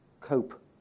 cope